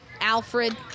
Alfred